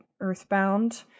Earthbound